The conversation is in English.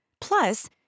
Plus